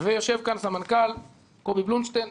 ויושב כאן הסמנכ"ל קובי בליטשטיין.